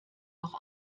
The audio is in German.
noch